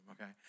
okay